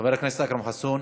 חבר הכנסת אכרם חסון,